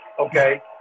Okay